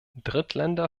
drittländer